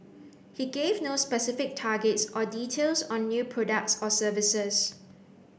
he gave no specific targets or details on new products or services